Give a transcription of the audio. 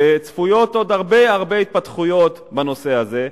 שצפויות עוד הרבה-הרבה התפתחויות בנושא הזה,